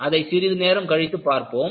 அதை சிறிது நேரம் கழித்து அதைப் பார்ப்போம்